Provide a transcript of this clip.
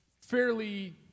fairly